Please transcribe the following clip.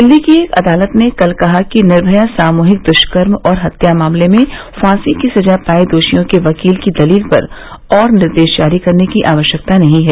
दिल्ली की एक अदालत ने कल कहा कि निर्भया सामूहिक दुष्कर्म और हत्या मामले में फांसी की सजा पाए दोषियों के वकील की दलील पर और निर्देश जारी करने की आवश्यकता नहीं है